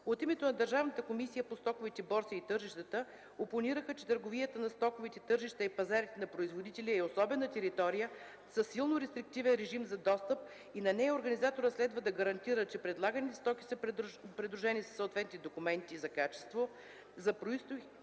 От името на Държавната комисия по стоковите борси и тържищата опонираха, че територията на стоковите тържища и пазарите на производители е особена територия със силно рестриктивен режим за достъп и на нея организаторът следва да гарантира, че предлаганите стоки са придружени със съответните документи за качество, за произход и